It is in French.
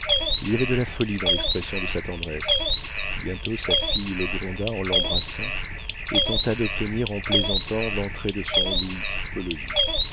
il y avait de la folie dans l'expression de sa tendresse bientôt sa fille le gronda en l'embrassant et tenta d'obtenir en plaisantant l'entrée de son louis au logis